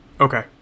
Okay